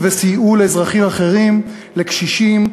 וסייעו לאזרחים אחרים, לקשישים.